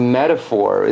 metaphor